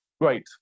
Great